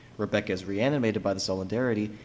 rebecca is reanimated by the solidarity,